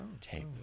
tape